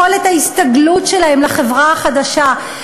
יכולת ההסתגלות שלהם לחברה החדשה,